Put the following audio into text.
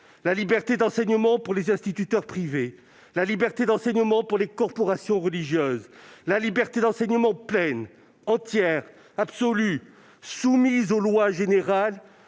la liberté d'enseignement pour les instituteurs privés, la liberté d'enseignement pour les corporations religieuses ; la liberté d'enseignement pleine, entière, absolue, soumise aux lois générales